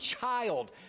child